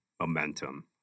momentum